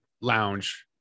lounge